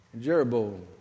Jeroboam